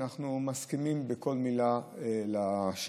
אנחנו מסכימים לכל מילה בשאילתה,